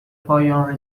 پایان